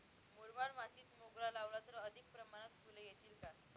मुरमाड मातीत मोगरा लावला तर अधिक प्रमाणात फूले येतील का?